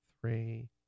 three